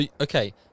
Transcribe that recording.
okay